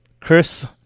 Chris